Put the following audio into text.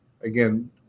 again